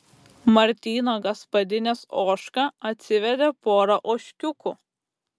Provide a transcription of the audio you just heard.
martyno gaspadinės ožka atsivedė porą ožkiukų